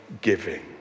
giving